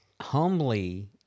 humbly